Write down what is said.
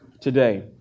today